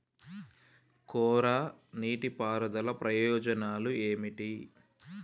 కోరా నీటి పారుదల ప్రయోజనాలు ఏమిటి?